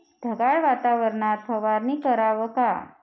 ढगाळ वातावरनात फवारनी कराव का?